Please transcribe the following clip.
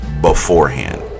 beforehand